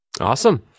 Awesome